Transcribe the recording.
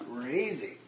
crazy